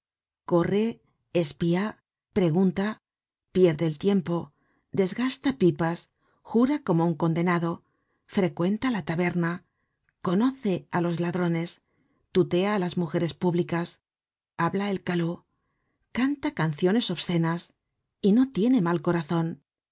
corre espía pregunta pierde el tiempo desgasta pipas jura como un condenado frecuenta la taberna conoce á los ladrones tutea á las mujeres públicas habla el caló canta canciones obscenas y no tiene mal corazon